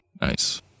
Nice